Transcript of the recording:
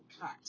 cut